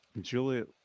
Juliet